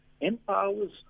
empowers